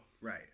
Right